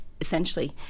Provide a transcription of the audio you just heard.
essentially